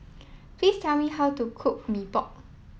please tell me how to cook Mee Pok